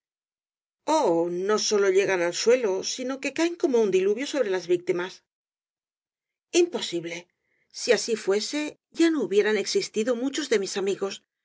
no sólo llegan al suelo sino que caen como un diluvio sobre las víctimas imposible si así fuese ya no hubieran existido muchos de mis amigos